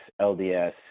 LDS